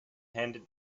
handed